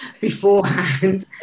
beforehand